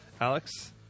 Alex